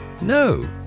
No